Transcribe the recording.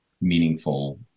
meaningful